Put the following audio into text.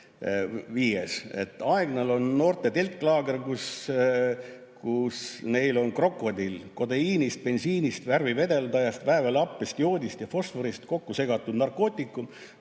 Viies: Aegnal on noorte telklaager, kus neil on krokodill, kodeiinist, bensiinist, värvivedeldajast, väävelhappest, joodist ja fosforist kokku segatud narkootikum,